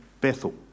Bethel